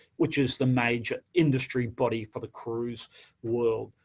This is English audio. which is the major industry body for the cruise world.